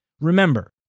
Remember